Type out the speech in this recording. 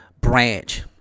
branch